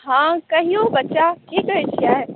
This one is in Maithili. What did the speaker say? हॅं कहियौ चचा की कहै छियै